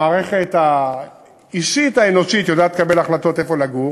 המערכת האישית האנושית יודעת לקבל החלטות איפה לגור